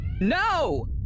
No